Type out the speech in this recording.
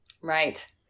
Right